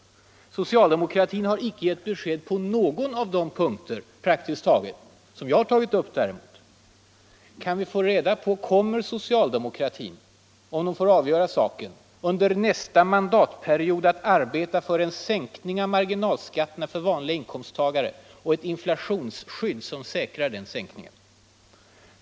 Socialdemokraterna har däremot icke gett besked på någon av de punkter, praktiskt taget, som jag har tagit upp. Kan vi få reda på: Kommer socialdemokraterna — om de får avgöra saken — under nästa mandatperiod att arbeta för en sänkning av marginalskatterna för vanliga inkomsttagare och ett inflationsskydd som säkrar den sänkningen?